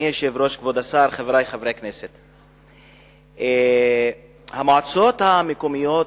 כבוד השר, חברי חברי הכנסת, במועצות המקומיות